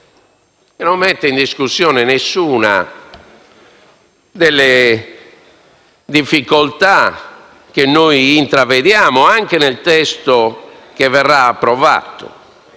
non mette in discussione nessuna delle difficoltà che intravediamo, anche nel testo che verrà approvato.